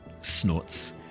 snorts